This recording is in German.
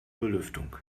belüftung